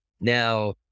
Now